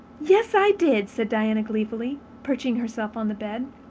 yes, i did, said diana gleefully, perching herself on the bed.